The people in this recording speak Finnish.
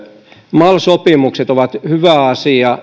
mal sopimukset ovat hyvä asia